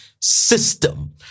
system